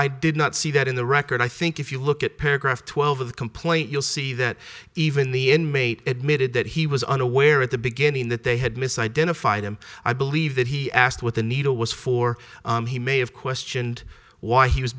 i did not see that in the record i think if you look at paragraph twelve of the complaint you'll see that even the inmate admitted that he was unaware at the beginning that they had mis identified him i believe that he asked what the needle was for he may have questioned why he was